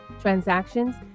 transactions